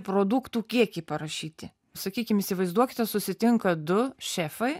produktų kiekį parašyti sakykim įsivaizduokite susitinka du šefai